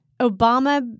Obama